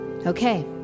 Okay